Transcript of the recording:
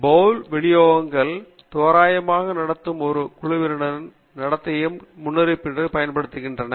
பவுல் விநியோகங்கள் தோராயமாக நடத்தும் ஒரு குழுவினரின் நடத்தையை முன்னறிவிப்பதற்காக பயன்படுத்தப்படுகின்றன